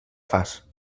fas